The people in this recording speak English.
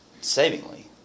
savingly